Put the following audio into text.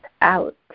out